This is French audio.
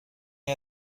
est